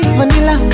Vanilla